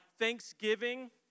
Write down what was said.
Thanksgiving